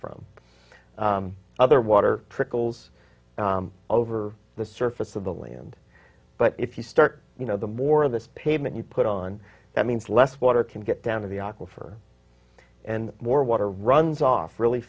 from other water prickles over the surface of the land but if you start you know the more of the pavement you put on that means less water can get down to the aquifer and more water runs off really